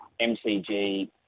MCG